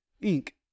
ink